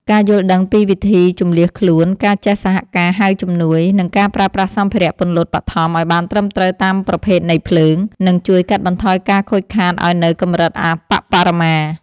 ការយល់ដឹងពីវិធីជម្លៀសខ្លួន ការចេះសហការហៅជំនួយ និងការប្រើប្រាស់សម្ភារៈពន្លត់បឋមឱ្យបានត្រឹមត្រូវតាមប្រភេទនៃភ្លើង នឹងជួយកាត់បន្ថយការខូចខាតឱ្យនៅកម្រិតអប្បបរមា។